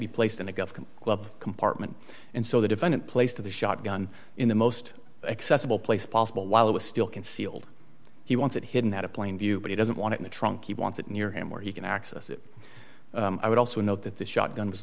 be placed in a government glove compartment and so the defendant place to the shotgun in the most accessible place possible while it was still concealed he wants it hidden at a plain view but he doesn't want it in the trunk he wants it near him where he can access it i would also note that the shotgun